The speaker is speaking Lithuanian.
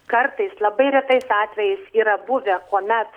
kartais labai retais atvejais yra buvę kuomet